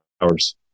hours